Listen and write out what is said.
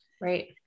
Right